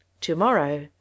Tomorrow